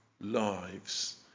lives